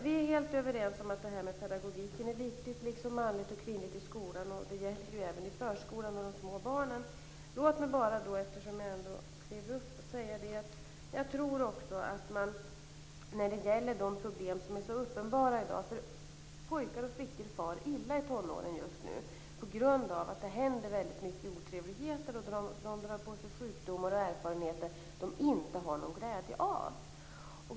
Vi är helt överens om att det här med pedagogik liksom manligt och kvinnligt i skolan är viktigt, och det gäller även i förskolan och de små barnen. Låt mig ändå, eftersom jag klev upp i talarstolen, bara säga något när det gäller de problem som är så uppenbara i dag. Pojkar och flickor far illa i tonåren just nu på grund av att det händer mycket otrevligheter. De drar på sig sjukdomar och erfarenheter som de inte har någon glädje av.